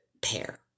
pair